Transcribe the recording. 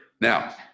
Now